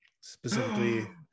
Specifically